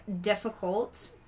difficult